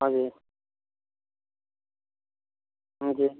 हाँ जी हाँ जी